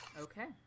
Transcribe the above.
Okay